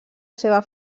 seva